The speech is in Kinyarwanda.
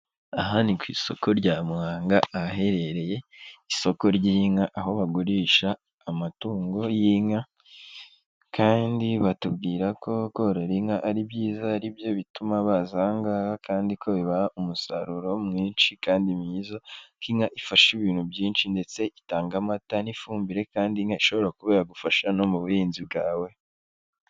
Aha ni ku isoko rya Muhanga ahaherereye isoko ry'inka. Aho bagurisha amatungo y'inka kandi batubwira ko korora inka ari byiza, ari byo bituma baza ahangaha kandi ko bibaha umusaruro mwinshi, kandi mwizayiza. Inka ifasha ibintu byinshi ndetse itanga amata n'ifumbire kandi ishobora kuba yagufasha no mu buhinzi bwawe.